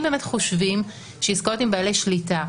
אם באמת חושבים שעסקאות עם בעלי שליטה,